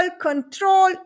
control